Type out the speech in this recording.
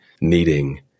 needing